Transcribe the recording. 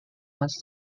wants